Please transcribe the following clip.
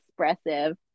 expressive